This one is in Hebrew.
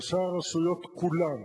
ראשי הרשויות כולם,